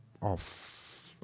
off